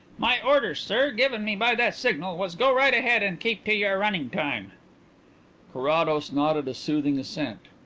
my orders, sir, given me by that signal, was go right ahead and keep to your running time carrados nodded a soothing assent.